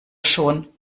schon